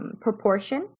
proportion